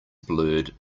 blurred